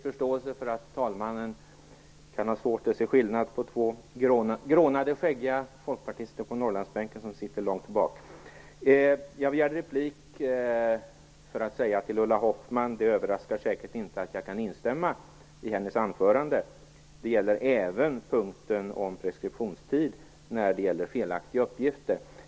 Fru talman! Jag begärde replik för att säga till Ulla Hoffmann att det säkert inte överraskar att jag kan instämma i hennes anförande. Det gäller även punkten om preskriptionstid avseende felaktiga uppgifter.